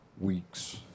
weeks